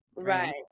right